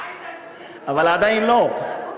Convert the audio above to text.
אבל עדיין לא.